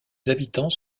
habitants